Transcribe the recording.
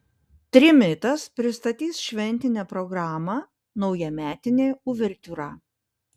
trimitas pristatys šventinę programą naujametinė uvertiūra